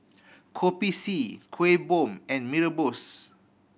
Kopi C Kuih Bom and Mee Rebus